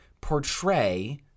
portray